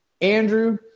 Andrew